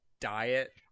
diet